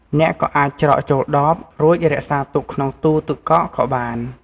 អ្នកក៏អាចច្រកចូលដប រួចរក្សាទុកក្នុងទូរទឹកកកក៏បាន។